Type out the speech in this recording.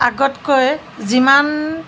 আগতকৈ যিমান